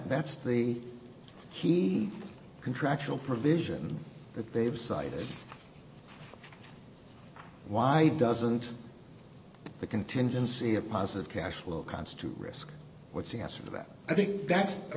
that's the key contractual provision that they've cited why doesn't the contingency of positive cash flow constitute risk what's the answer to that i think that's a